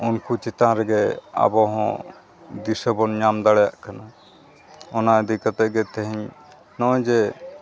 ᱩᱱᱠᱩ ᱪᱮᱛᱟᱱ ᱨᱮᱜᱮ ᱟᱵᱚ ᱦᱚᱸ ᱫᱤᱥᱟᱹ ᱵᱚᱱ ᱧᱟᱢ ᱫᱟᱲᱮᱭᱟᱜ ᱠᱟᱱᱟ ᱚᱱᱟ ᱤᱫᱤ ᱠᱟᱛᱮᱫ ᱜᱮ ᱛᱮᱦᱤᱧ ᱱᱚᱜᱼᱚᱭ ᱡᱮ